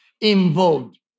involved